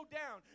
down